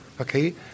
Okay